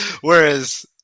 Whereas